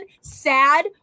sad